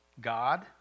God